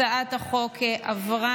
הצעת החוק עברה